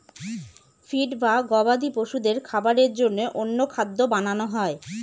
feed বা গবাদি পশুদের খাবারের জন্য অন্য খাদ্য বানানো হয়